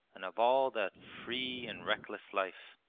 and of all that free and reckless life.